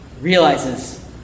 realizes